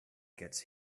gets